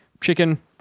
chicken